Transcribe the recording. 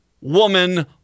woman